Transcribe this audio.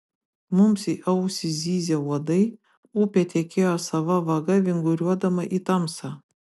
mums į ausis zyzė uodai upė tekėjo savo vaga vinguriuodama į tamsą